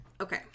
Okay